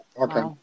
Okay